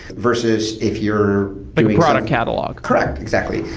versus if you're like a product catalog correct, exactly.